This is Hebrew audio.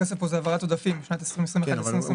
הכסף הוא העברת עודפים משנת 2021 לשנת 2022. כן,